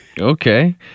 Okay